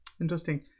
interesting